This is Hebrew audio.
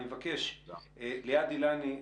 אני מבקש את ליעד אילני,